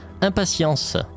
impatience